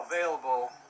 available